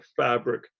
fabric